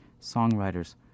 Songwriters